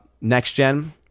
next-gen